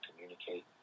communicate